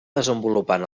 desenvolupant